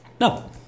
no